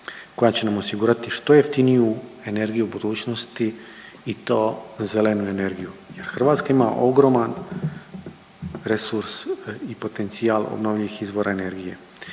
koja će nam osigurati što jeftiniju energiju u budućnosti i to zelenu energiju. Hrvatska ima ogroman resurs i potencijal obnovljivih izvora energije.